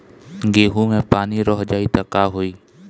गेंहू मे पानी रह जाई त का होई?